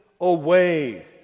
away